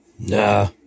Nah